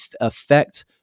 affect